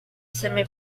semi